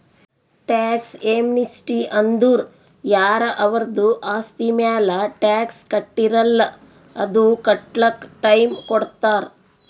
tax amnesty ಅಂದುರ್ ಯಾರ ಅವರ್ದು ಆಸ್ತಿ ಮ್ಯಾಲ ಟ್ಯಾಕ್ಸ್ ಕಟ್ಟಿರಲ್ಲ್ ಅದು ಕಟ್ಲಕ್ ಟೈಮ್ ಕೊಡ್ತಾರ್